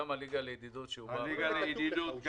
הליגה לידידות בתרבות